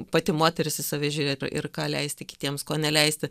pati moteris į save žiūrėti ir ką leisti kitiems ko neleisti